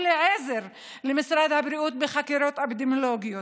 לעזר למשרד הבריאות בביצוע תחקירים אפידמיולוגים